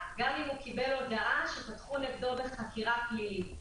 גם אם הוא קיבל הודעה שפתחו נגדו בחקירה פלילית.